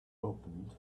opened